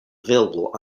available